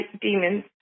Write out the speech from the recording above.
demons